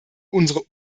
unsere